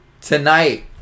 Tonight